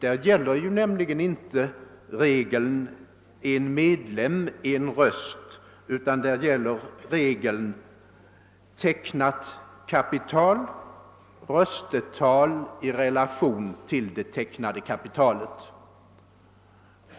Där gäller nämligen inte regeln en medlem — en röst, utan regeln är tecknat kapital — röstetal i relation till det.